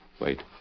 Wait